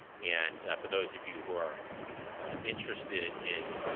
and for those of you who are interested in